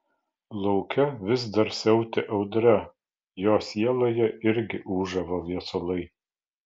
lauke vis dar siautė audra jo sieloje irgi ūžavo viesulai